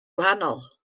gwahanol